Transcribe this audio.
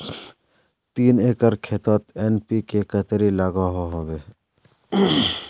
तीन एकर खेतोत एन.पी.के कतेरी लागोहो होबे?